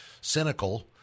cynical